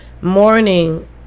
Morning